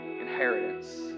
inheritance